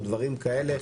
או דברים כאלה.